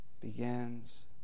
begins